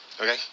Okay